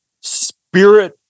spirit